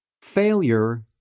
Failure